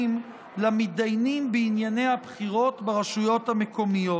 למידיינים בענייני הבחירות ברשויות המקומיות.